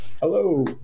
Hello